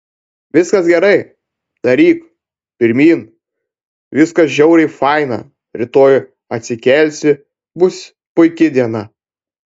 viskas gerai daryk pirmyn viskas žiauriai faina rytoj atsikelsi bus puiki diena